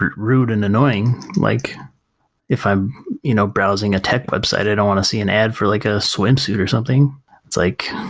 rude rude and annoying, like if i'm you know browsing a tech website, i don't want to see an ad for like a swimsuit or something. it's like,